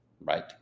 right